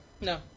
no